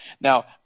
Now